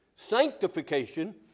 Sanctification